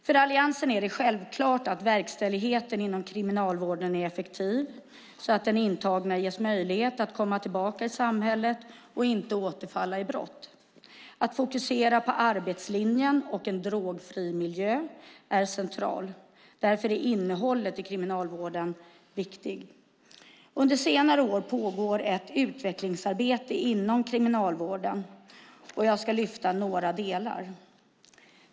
För Alliansen är det självklart att verkställigheten inom kriminalvården är effektiv, så att den intagne ges möjlighet att komma tillbaka i samhället och inte återfalla i brott. Att fokusera på arbetslinjen och en drogfri miljö är centralt. Därför är innehållet i kriminalvården viktigt. Under senare år har det pågått ett intensivt utvecklingsarbete inom kriminalvården, och jag ska lyfta fram några delar.